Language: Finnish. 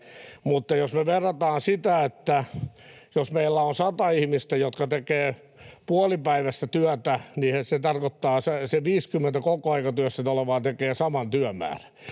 Jos me verrataan niin, että meillä on 100 ihmistä, jotka tekevät puolipäiväistä työtä, niin se tarkoittaa, että 50 kokoaikatyössä olevaa tekee saman työmäärän.